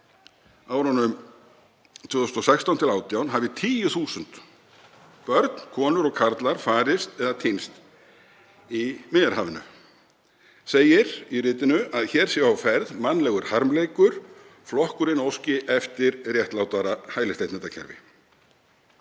árunum 2016–2018 hafi 10.000 börn, konur og karlar farist eða týnst í Miðjarðarhafinu. Segir í ritinu að hér sé á ferð mannlegur harmleikur og flokkurinn óski eftir réttlátara hælisleitendakerfi.